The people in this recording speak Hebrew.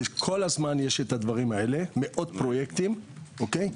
כל הזמן יש הדברים האלה, מאות פרויקטים, אוקיי?